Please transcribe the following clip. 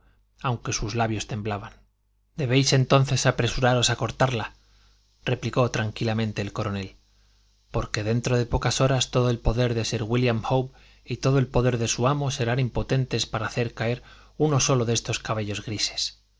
aunque sus labios temblaban debéis entonces apresuraros a cortarla replicó tranquilamente el coronel porque dentro de pocas horas todo el poder de sir wílliam howe y todo el poder de su amo serán impotentes para hacer caer uno solo de estos cabellos grises